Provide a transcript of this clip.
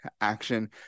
action